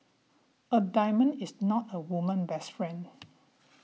a diamond is not a woman best friend